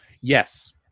Yes